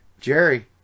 Jerry